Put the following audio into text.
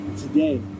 Today